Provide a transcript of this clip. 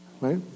right